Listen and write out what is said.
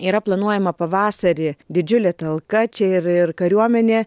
yra planuojama pavasarį didžiulė talka čia ir ir kariuomenė